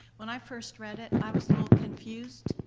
when i first read it, and i was so confused,